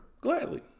gladly